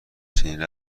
چنین